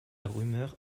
rumeur